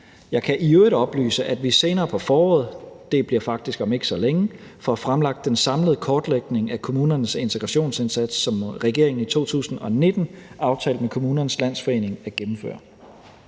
Jeg kan i øvrigt oplyse, at vi senere på foråret – det bliver faktisk om ikke så længe – får fremlagt den samlede kortlægning af kommunernes integrationsindsats, som regeringen i 2019 aftalte med Kommunernes Landsforening at gennemføre.